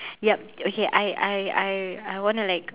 ya okay I I I I want to like